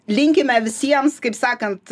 linkime visiems kaip sakant